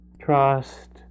trust